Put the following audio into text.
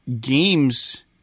games